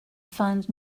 fund